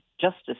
Justice